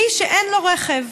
מי שאין להם רכב.